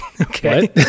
Okay